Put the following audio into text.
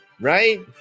right